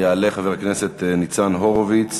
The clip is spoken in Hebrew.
יעלה חבר הכנסת ניצן הורוביץ.